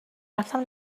رفتم